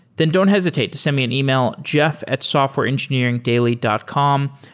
then don't hesitate to send me an email, jeff at softwareengineeringdaily dot com.